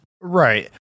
Right